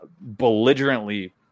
belligerently